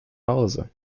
hause